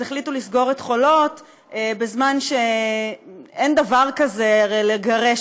אז החליטו לסגור את חולות בזמן שאין דבר כזה הרי לגרש